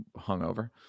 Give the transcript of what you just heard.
hungover